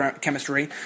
chemistry